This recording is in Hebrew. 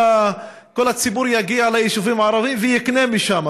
הציבור יגיע ליישובים הערביים ויקנה משם,